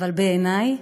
אבל בעיני,